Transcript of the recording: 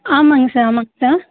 ஆமாங்க சார் ஆமாங்க சார்